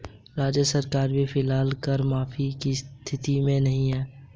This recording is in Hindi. राज्य सरकार भी फिलहाल कर माफी की स्थिति में नहीं है